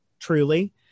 Truly